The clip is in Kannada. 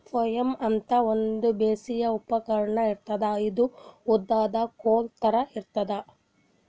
ಫ್ಲೆಯ್ಲ್ ಅಂತಾ ಒಂದ್ ಬೇಸಾಯದ್ ಉಪಕರ್ಣ್ ಇರ್ತದ್ ಇದು ಉದ್ದನ್ದ್ ಕೋಲ್ ಥರಾ ಇರ್ತದ್